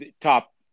top